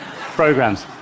programs